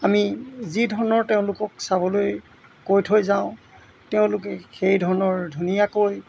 আমি যি ধৰণৰ তেওঁলোকক চাবলৈ কৈ থৈ যাওঁ তেওঁলোকে সেই ধৰণৰ ধুনীয়াকৈ